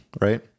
right